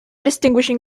distinguishing